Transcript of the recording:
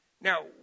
Now